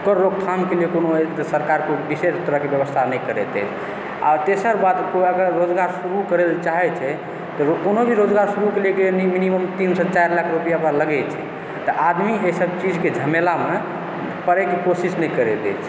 ओकर रोकथामके लिए एहिपर सरकार कोई विशेष तरहकेँ व्यवस्था नहि करैत अछि आ तेसर बात कोई अगर रोजगार शुरु करय ला चाहय छै तऽ कोनो भी रोजगार शुरु करयके लेल मिनीमम तीनसे चारि लाख रुपैआ ओकरा लगै छै तऽ आदमी एहिसभ चीजके झमेलामे पड़यके कोशिश नहि करैत अछि